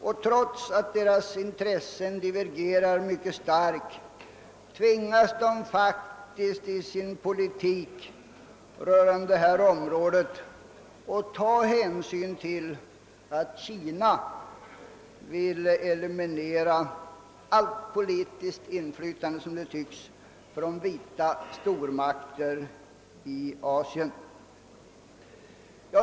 Och trots att deras intressen divergerar mycket starkt tvingas de faktiskt i sin politik rörande detta område ta hänsyn till att Kina, som det tycks, vill eliminera allt politiskt inflytande från de vita stormakterna i Asien.